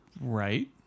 right